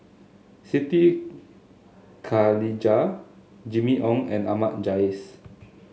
Siti Khalijah Jimmy Ong and Ahmad Jais